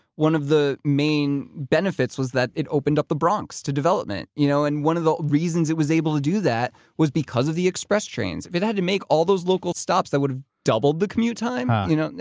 one of the main benefits was that it opened up the bronx, to development. you know and one of the reasons it was able to do that was because of the express trains. if it had to make all those local stops, that would have doubled the commute time, you know,